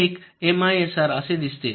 एक एमआयएसआर असे दिसते